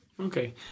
Okay